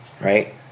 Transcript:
right